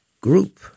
Group